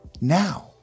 now